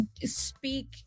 Speak